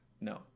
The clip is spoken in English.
No